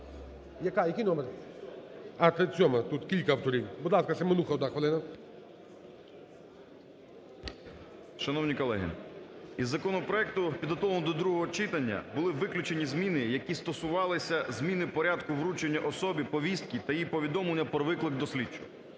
Який номер? А, 37-а, тут кілька авторів. Будь ласка, Семенуха, одна хвилина. 11:46:58 СЕМЕНУХА Р.С. Шановні колеги, із законопроекту, підготовленого до другого читання, були виключені зміни, які стосувалися зміни порядку вручення особі повістки та її повідомлення про виклик до слідчого.